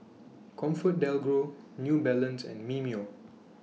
ComfortDelGro New Balance and Mimeo